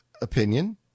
opinion